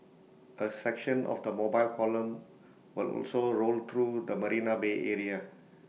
A section of the mobile column will also roll through the marina bay area